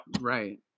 Right